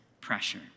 pressure